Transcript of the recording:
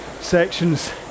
sections